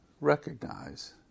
recognize